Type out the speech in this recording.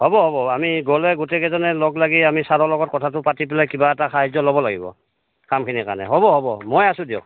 হ'ব হ'ব আমি গ'লে গোটেইকেইজনে লগ লাগি আমি ছাৰৰ লগত কথাটো পাতি পেলাই কিবা এটা সাহায্য ল'ব লাগিব কামখিনিৰ কাৰণে হ'ব হ'ব মই আছোঁ দিয়ক